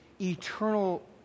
eternal